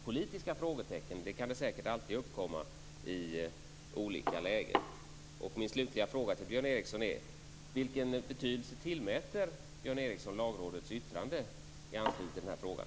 Politiska frågetecken kan säkert alltid uppkomma i olika lägen. Min slutliga fråga till Björn Ericson är: Vilken betydelse tillmäter Björn Ericson Lagrådets yttrande i anslutning till den här frågan?